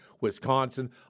Wisconsin